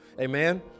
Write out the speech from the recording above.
Amen